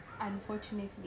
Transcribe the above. unfortunately